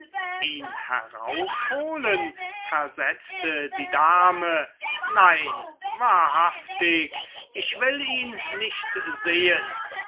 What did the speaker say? ihn heraufholen versetzte die dame nein wahrhaftig ich will ihn nicht sehen